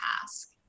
task